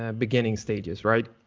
ah beginning stages, right.